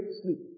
sleep